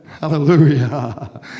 hallelujah